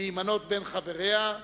להימנות עם חבריה,